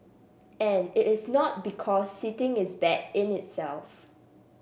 and it is not because sitting is bad in itself